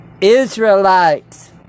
Israelites